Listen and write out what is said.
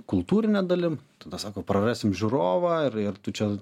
kultūrine dalim tada sako prarasim žiūrovą ir ir tu čia